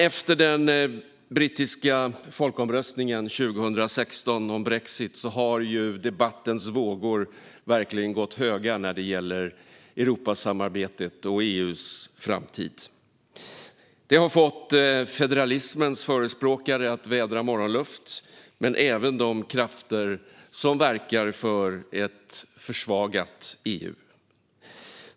Efter den brittiska folkomröstningen om brexit 2016 har debattens vågor gått höga när det gäller Europasamarbetet och EU:s framtid. Det har fått federalismens förespråkare att vädra morgonluft men även de krafter som verkar för ett försvagat EU.